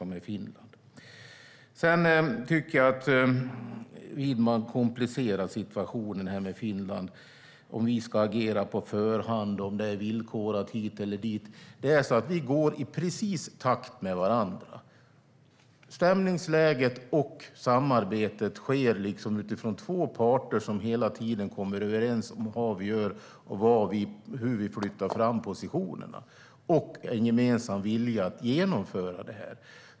Jag tycker att Widman komplicerar situationen med Finland när han frågar om vi ska agera på förhand och om det är villkorat hit eller dit. Vi går precis i takt med varandra. Stämningsläget är sådant, och samarbetet sker utifrån två parter som hela tiden kommer överens om och avgör hur vi flyttar fram positionerna och har en gemensam vilja att genomföra detta.